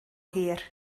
hir